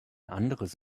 anderes